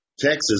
Texas